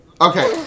Okay